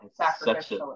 sacrificially